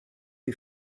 who